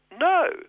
no